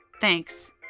Thanks